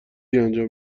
انجام